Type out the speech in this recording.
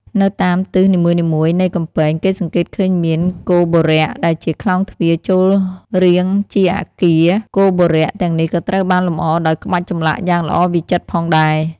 នៅតាមទិសនីមួយៗនៃកំពែង គេសង្កេតឃើញមាន គោបុរៈដែលជាក្លោងទ្វារចូលរាងជាអគារ គោបុរៈទាំងនេះក៏ត្រូវបានលម្អដោយក្បាច់ចម្លាក់យ៉ាងល្អវិចិត្រផងដែរ។